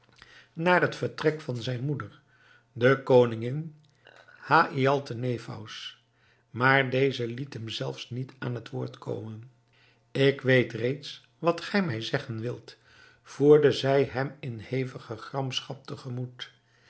naar het vertrek van zijne moeder de koningin haïatalnefous maar deze liet hem zelfs niet aan het woord komen ik weet reeds wat gij mij zeggen wilt voerde zij hem in hevige gramschap te